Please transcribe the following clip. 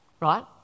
right